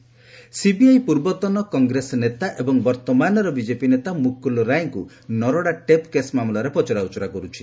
CBI Mukul Roy CBI ପୂର୍ବତନ କଂଗ୍ରେସ ନେତା ଏବଂ ବର୍ତ୍ତମାନର ବିଜେପି ନେତା ମୁକୁଲ ରାଏଙ୍କୁ ନରଡା ଟେପ କେସ୍ ମାମଲାରେ ପଚାରାଉଚରା କରୁଛି